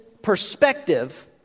Perspective